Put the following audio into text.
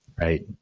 right